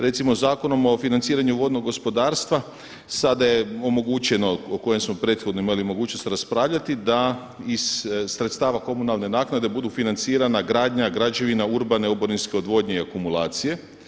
Recimo, Zakonom o financiranju vodnog gospodarstva sada je omogućeno, o kojem smo prethodno imali mogućnost raspravljati, da iz sredstava komunalne naknade budu financirana gradnja građevina urbane oborinske odvodnje i akumulacije.